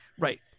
Right